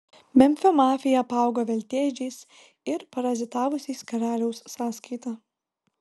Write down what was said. memfio mafija apaugo veltėdžiais ir parazitavusiais karaliaus sąskaita